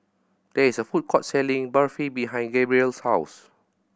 there is a food court selling Barfi behind Gabrielle's house